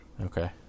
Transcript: Okay